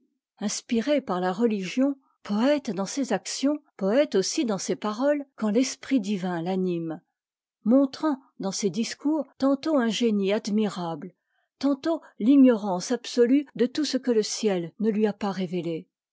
inspirée par la religion poëte dans ses actions poëte aussi dans ses paroles quand l'esprit divin t'anime montrant dans ses discours tantôt un génie admirable tantôt l'ignorance absolue de tout ce que le ciel ne lui a pas révélé